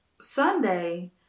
Sunday